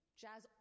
jazz